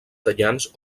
tallants